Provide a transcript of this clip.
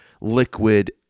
liquid